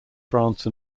france